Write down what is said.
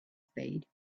spade